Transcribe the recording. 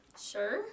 Sure